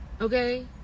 okay